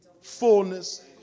fullness